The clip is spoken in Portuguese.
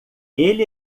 ele